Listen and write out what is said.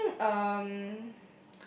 I think um